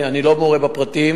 אני לא מעורה בפרטים.